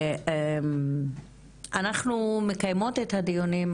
אנחנו מקיימות את הדיונים,